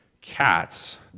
cats